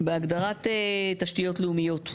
בהגדרת תשתיות לאומיות,